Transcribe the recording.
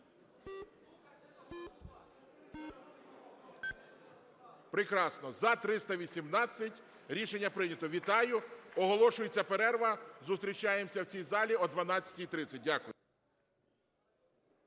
Прекрасно! За – 318, рішення прийнято. Вітаю! Оголошується перерва. Зустрічаємося в цій залі о 12:30. Дякую.